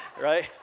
right